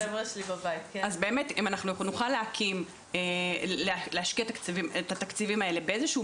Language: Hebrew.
אם אנחנו נוכל להשקיע את התקציבים האלה באיזשהו